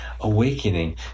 awakening